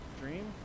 dream